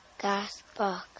Gasbox